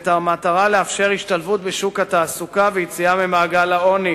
במטרה להשתלב בשוק התעסוקה ולצאת ממעגל העוני.